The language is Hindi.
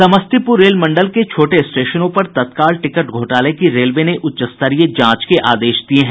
समस्तीपुर रेल मंडल के छोटे स्टेशनों पर तत्काल टिकट घोटाले की रेलवे ने उच्चस्तरीय जांच के आदेश दिये हैं